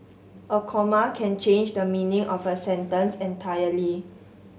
a comma can change the meaning of a sentence entirely